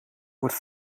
wordt